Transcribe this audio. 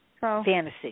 Fantasy